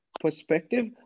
perspective